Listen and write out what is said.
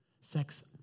Sex